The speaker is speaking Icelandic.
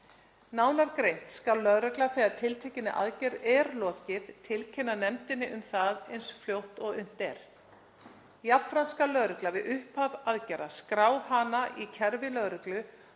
Nánar greint, skal lögregla, þegar tiltekinni aðgerð er lokið, tilkynna nefndinni um það eins fljótt og unnt er. Jafnframt skal lögregla við upphaf aðgerðar skrá hana í kerfi lögreglu